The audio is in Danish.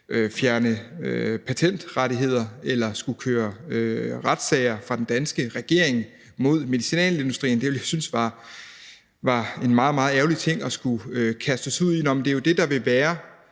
fjerne patentrettigheder eller skulle køre retssager fra den danske regering mod medicinalindustrien. Det ville jeg synes var en meget, meget ærgerlig ting at skulle kastes ud i. Men det er jo det, der vil være